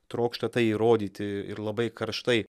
trokšta tai įrodyti ir labai karštai